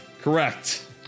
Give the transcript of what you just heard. Correct